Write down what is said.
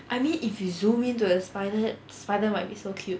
I mean if you zoom in to the spider spider might be so cute